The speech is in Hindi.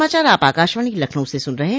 यह समाचार आप आकाशवाणी लखनऊ से सुन रहे हैं